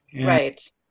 Right